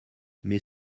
mais